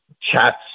chats